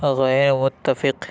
غیر متفق